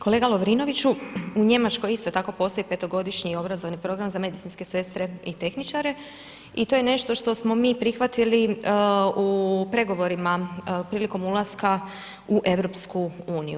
Kolega Lovrinoviću, u Njemačkoj isto tako postoji 5.-godišnji obrazovni program za medicinske sestre i tehničare i to je nešto što smo mi prihvatili u pregovorima prilikom ulaska u EU.